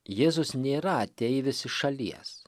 jėzus nėra ateivis iš šalies